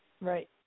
Right